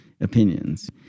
opinions